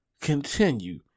continue